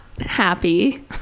happy